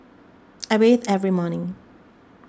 I bathe every morning